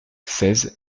seize